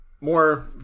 more